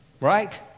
right